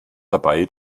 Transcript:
dabei